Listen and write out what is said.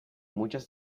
muchas